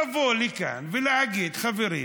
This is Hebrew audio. לבוא לכאן ולהגיד: חברים,